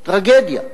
טרגדיה.